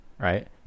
right